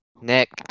nick